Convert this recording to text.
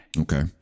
Okay